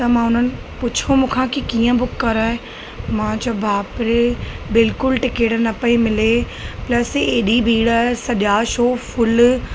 त मां उन्हनि पुछियो मूंखां कीअं बुक कराए मां चयो बाप रे बिल्कुलु टिकट न पई मिले प्लस एॾी भीड़ सॼा शो फुल